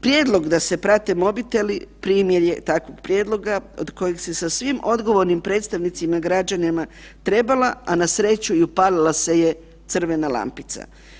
Prijedlog da se prate mobiteli primjer je takvog prijedloga, od kojih se sa svim odgovornim predstavnicima građanima trebala, a na sreću, i upalila se je crvena lampica.